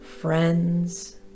friends